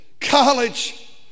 college